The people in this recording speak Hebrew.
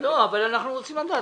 אבל אנחנו רוצים לדעת.